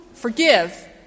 Forgive